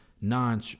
non